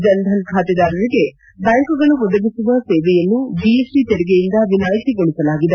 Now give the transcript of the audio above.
ಜನ್ಧನ್ ಖಾತೆದಾರರಿಗೆ ಬ್ಲಾಂಕ್ಗಳು ಒದಗಿಸುವ ಸೇವೆಯನ್ನು ಜಿಎಸ್ಟಿ ತೆರಿಗೆಯಿಂದ ವಿನಾಯಿತಿಗೊಳಿಸಲಾಗಿದೆ